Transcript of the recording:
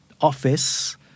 office